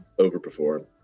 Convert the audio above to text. overperform